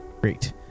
Great